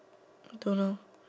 I don't know